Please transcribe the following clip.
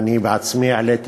ואני בעצמי העליתי,